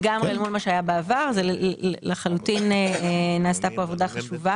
לגמרי אל מול מה שהיה בעבר ולחלוטין נעשתה פה עבודה חשובה.